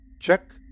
Check